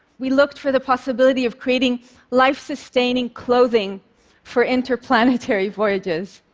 we looked for the possibility of creating life-sustaining clothing for interplanetary voyages.